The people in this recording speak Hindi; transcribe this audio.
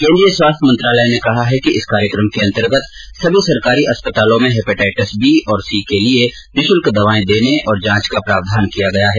केन्द्रीय स्वास्थ्य मंत्रालय ने कहा है कि इस कार्यक्रम के अंतर्गत सभी सरकारी अस्पतालों में हैपेटाइटिस बी और सी के लिए निःशुल्क दवाएं देने और जांच का प्रावधान किया गया है